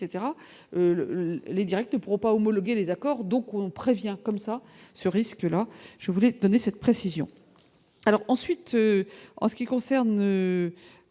les directeurs ne pourront pas homologué les accords, donc on prévient comme ça ce risque-là, je voulais donner cette précision alors ensuite en ce qui concerne